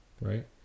right